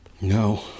no